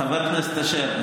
חבר הכנסת אשר,